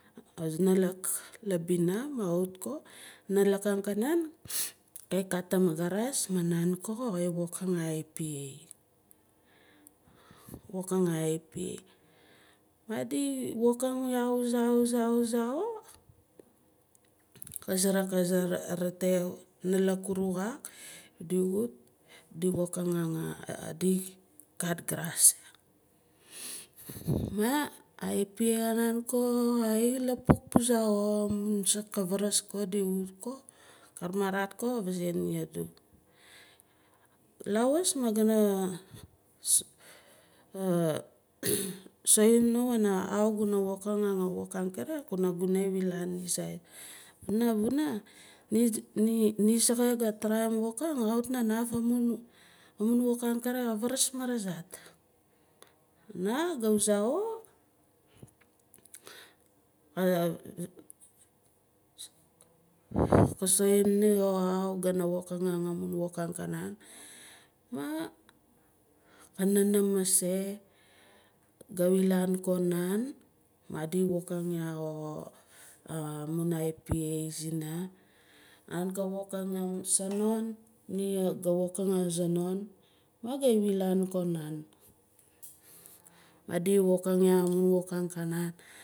Aza nalak labina ma ka wut ko nalak angkanan kayi katim a garas ma man ko ka wokim a ipa. Wokang a ipa madi wokang ya wuza wuza wuza xo ka sarak aza rete nalak uru xak di wut di kat grass ma ipa ko ka ilapuk puza xo amun soak ka varas ko diwut ko ka ramarat ko ka vazae nia adu lawas gana soim nua wana how guna wokim a wok angkere kuna guna wilaan nizait. Panavuna ni soxo gatraim wokim kawit na naaf amun amun wok angkere ka varas marasart na ga wuzah xo ka soim ni how gana wokim amun wok ankanan ma ka nanam mase ga wilaan ko nan madi wokang yah yo amun ipa zina nan ka wokang amun sanon ni ga wokang azanon ma ga vilaan ko nan. Madi wokang ya amun wok angkanan